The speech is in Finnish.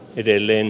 edelleen